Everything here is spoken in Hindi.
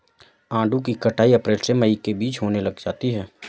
आड़ू की कटाई अप्रैल से मई के बीच होने लग जाती है